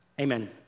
Amen